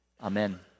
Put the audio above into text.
Amen